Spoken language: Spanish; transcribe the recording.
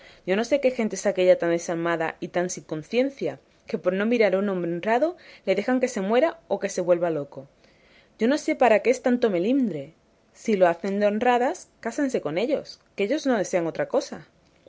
yo no sé qué gente es aquélla tan desalmada y tan sin conciencia que por no mirar a un hombre honrado le dejan que se muera o que se vuelva loco yo no sé para qué es tanto melindre si lo hacen de honradas cásense con ellos que ellos no desean otra cosa